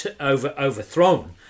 overthrown